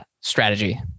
strategy